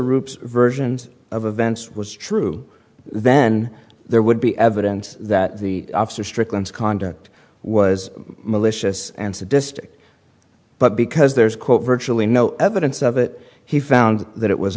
mr roups versions of events was true then there would be evidence that the officer strickland's conduct was malicious and sadistic but because there is quote virtually no evidence of it he found that it was